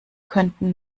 könnten